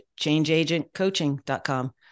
changeagentcoaching.com